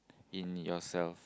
in yourself